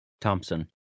Thompson